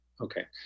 Okay